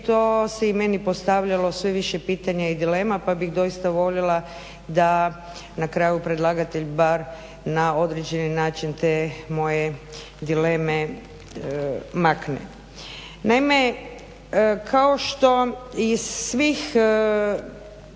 to se i meni postavljalo sve više pitanje i dilema, pa bih doista voljela da na kraju predlagatelj bar na određeni način te moje dileme makne. Naime, kao što iz svih